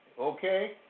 Okay